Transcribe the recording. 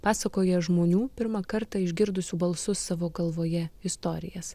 pasakoja žmonių pirmą kartą išgirdusių balsus savo galvoje istorijas